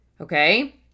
Okay